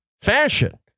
fashion